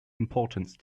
importance